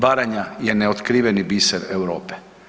Baranja je neotkriveni biser Europe.